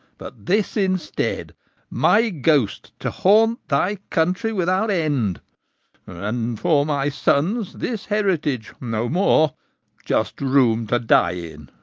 but this instead my ghost to haunt thy country without end and for my sons, this heritage no more just room to die in.